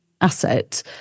asset